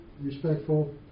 respectful